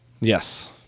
yes